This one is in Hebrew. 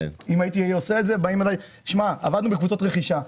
עבדנו בקבוצות רכישה,